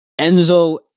Enzo